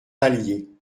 vallier